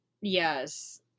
yes